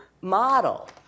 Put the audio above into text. model